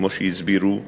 כמו שהסבירו חברי.